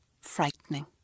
frightening